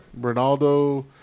Ronaldo